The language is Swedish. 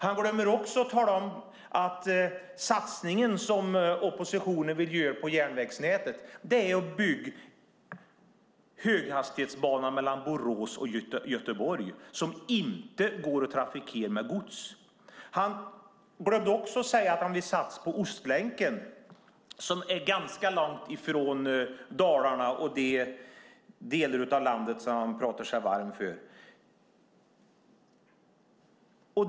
Han glömmer också att tala om att satsningen som oppositionen vill göra på järnvägsnätet är att bygga en höghastighetsbana mellan Borås och Göteborg, som inte går att trafikera med gods. Han glömmer också att säga att han vill satsa på Ostlänken som är ganska långt ifrån Dalarna och de delar av landet som han pratar sig varm för.